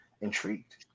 intrigued